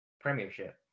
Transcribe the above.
premiership